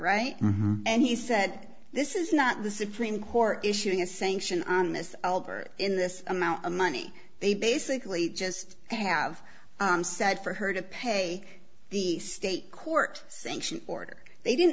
right and he said this is not the supreme court issuing a sanction on this in this amount of money they basically just have said for her to pay the state court sanction order they didn't